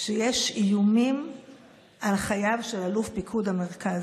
שיש איומים על חייו של אלוף פיקוד המרכז.